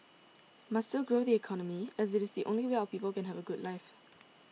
must still grow the economy as it is the only way our people can have a good life